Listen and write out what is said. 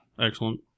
Excellent